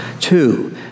Two